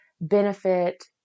benefit